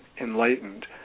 enlightened